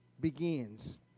begins